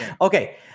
Okay